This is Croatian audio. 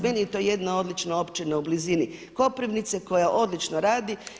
Meni je to jedna odlična općina u blizini Koprivnice koja odlično radi.